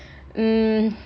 hmm